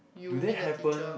do they happen